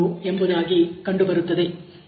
327 ಎಂಬುದಾಗಿ ಕಂಡುಬರುತ್ತದೆ